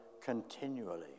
continually